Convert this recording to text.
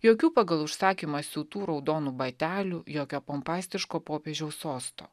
jokių pagal užsakymą siūtų raudonų batelių jokio pompastiško popiežiaus sosto